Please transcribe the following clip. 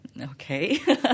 Okay